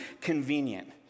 convenient